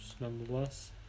Nonetheless